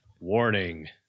Warning